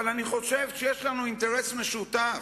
אבל אני חושב שיש לנו אינטרס משותף,